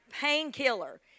painkiller